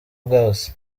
bwose